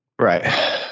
Right